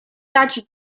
dać